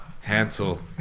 Hansel